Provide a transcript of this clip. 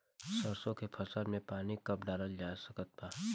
सरसों के फसल में पानी कब डालल जा सकत बा?